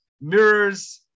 mirrors